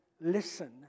listen